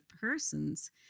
persons